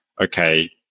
okay